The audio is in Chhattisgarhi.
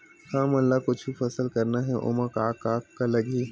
हमन ला कुछु फसल करना हे ओमा का का लगही?